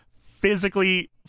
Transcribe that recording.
physically